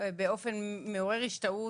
באופן מעורר השתאות